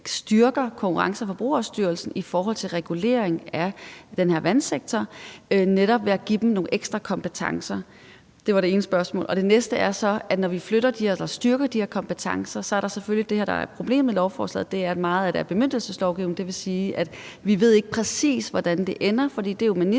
styrker Konkurrence- og Forbrugerstyrelsen i forhold til regulering af den her vandsektor, netop ved at man giver dem nogle ekstra kompetencer? Det var det ene spørgsmål. Det næste punkt er så: Når vi styrker de her kompetencer, er der selvfølgelig et problem med lovforslaget, og det er, at meget af det er bemyndigelseslovgivning. Det vil sige, at vi ikke præcis ved, hvordan det ender, for det handler